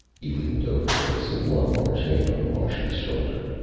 he leaned over, placing one large hand on the martian's shoulder.